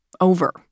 over